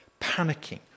panicking